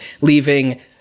leaving